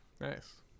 Nice